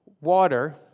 water